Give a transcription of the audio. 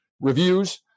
reviews